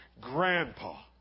grandpa